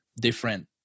different